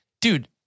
dude